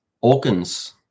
organs